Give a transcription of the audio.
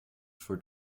for